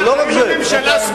זאת עמדת הממשלה, שירדן היא פלסטין?